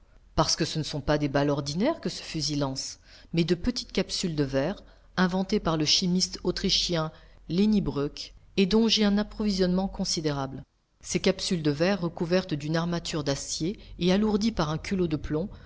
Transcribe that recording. parce que ce ne sont pas des balles ordinaires que ce fusil lance mais de petites capsules de verre inventées par le chimiste autrichien leniebroek et dont j'ai un approvisionnement considérable ces capsules de verre recouvertes d'une armature d'acier et alourdies par un culot de plomb